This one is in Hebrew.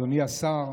אדוני השר,